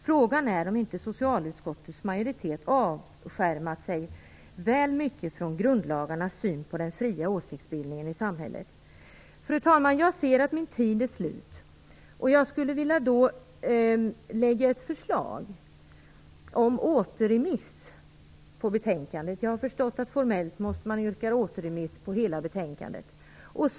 Frågan är om inte socialutskottets majoritet avskärmat sig väl mycket från grundlagarnas syn på den fria åsiktsbildningen i samhället. Fru talman! Jag ser att min taletid börjar ta slut. Jag skulle vilja lägga fram ett förslag om återremiss av betänkandet. Jag har förstått att man formellt måste yrka på återremiss på hela betänkandet.